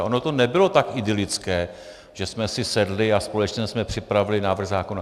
Ono to nebylo tak idylické, že jsme si sedli a společně jsme připravili návrh zákona.